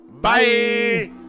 Bye